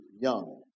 young